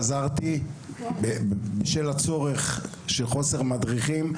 חזרתי בשל הצורך של חוסר מדריכים,